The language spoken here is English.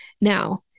Now